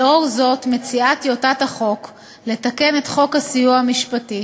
לאור זאת מציעה הצעת החוק לתקן את חוק הסיוע המשפטי